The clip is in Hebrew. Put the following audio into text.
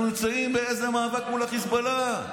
אנחנו נמצאים במאבק מול החיזבאללה,